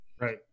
right